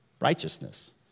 righteousness